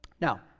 Now